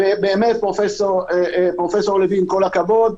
פרופ' לוין, באמת כל הכבוד,